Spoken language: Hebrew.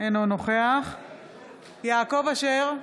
אינו נוכח יעקב אשר,